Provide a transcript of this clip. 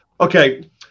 Okay